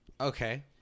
Okay